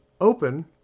open